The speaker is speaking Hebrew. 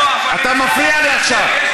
אתה מפריע לי עכשיו.